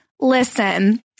listen